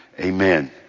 Amen